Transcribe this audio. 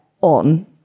on